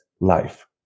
life